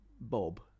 Bob